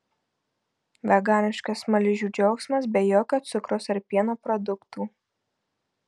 veganiškas smaližių džiaugsmas be jokio cukraus ar pieno produktų